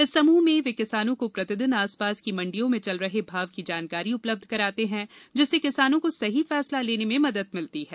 इस समूह में वे किसानों को प्रतिदिन आसपास की मंडियों में चल रहे भाव की जानकारी उपलब्ध कराते हैं जिससे किसनों को सही फैसला करने में मदद मिलती है